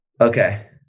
Okay